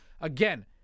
again